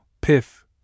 piff